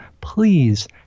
Please